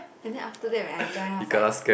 and then after that when I join I was like